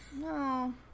No